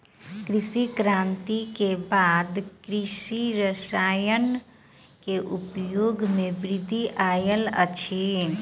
हरित क्रांति के बाद कृषि रसायन के उपयोग मे वृद्धि आयल अछि